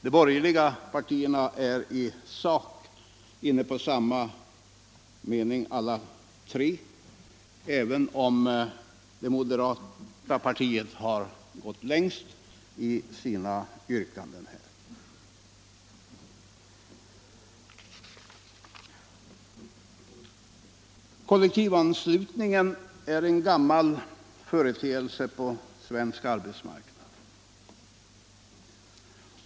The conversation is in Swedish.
De borgerliga partierna är i sak inne på samma mening alla tre, även om moderata samlingspartiet har gått längst i sina yrkanden. Kollektivanslutningen är en gammal företeelse på svensk arbetsmarknad.